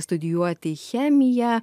studijuoti chemiją